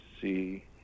see